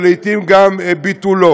ולעתים גם לביטולו.